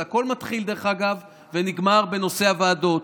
זה הכול מתחיל ונגמר, דרך אגב, בנושא הוועדות.